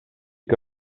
que